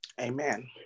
Amen